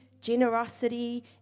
generosity